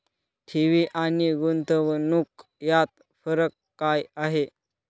ठेवी आणि गुंतवणूक यात फरक काय आहे?